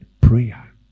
prayer